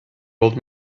old